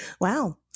Wow